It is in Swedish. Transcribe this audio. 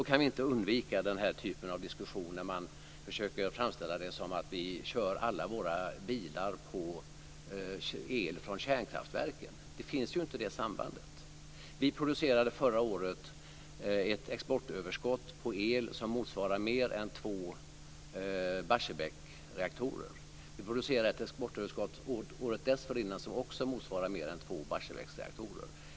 Kan vi inte undvika den typen av diskussion där man försöker framställa det som att vi kör alla våra bilar på el från kärnkraftverken? Det sambandet finns ju inte. Vi producerade förra året och året dessförinnan ett exportöverskott av el som motsvarade mer än två Barsebäcksreaktorer.